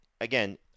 again